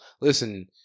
Listen